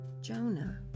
Jonah